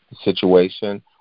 situation